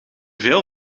veel